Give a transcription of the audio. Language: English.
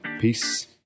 Peace